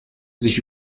sich